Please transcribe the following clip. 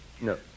No